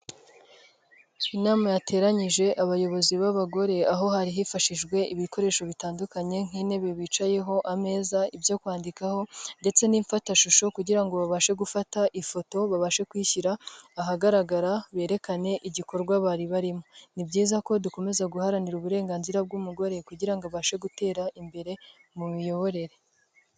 Inama yateranyije abayobozi b'abagore aho hari hifashishijwe ibikoresho bitandukanye nk'intebe bicayeho, ameza, ibyo kwandikaho ndetse n'ifatashusho kugira ngo babashe gufata ifoto babashe kwishyira ahagaragara berekane igikorwa bari barimo, ni byiza ko dukomeza guharanira uburenganzira bw'umugore kugira ngo abashe gutera imbere mu miyoborere.